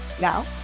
Now